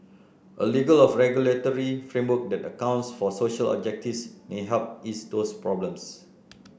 a legal of regulatory framework that accounts for social objectives may help ease those problems